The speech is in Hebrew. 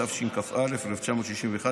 התשכ"א 1961,